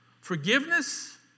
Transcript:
Forgiveness